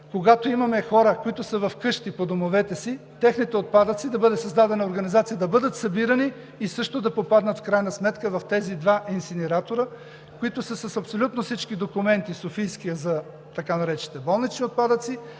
когато има хора, които са вкъщи и по домовете си, за техните отпадъци да бъде създадена организация да бъдат събирани и в крайна сметка да попаднат в тези два инсинератора, които са с абсолютно всички документи – софийският е за така наречените болнични отпадъци,